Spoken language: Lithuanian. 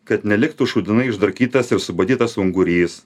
kad neliktų šūdinai išdarkytas ir subadytas ungurys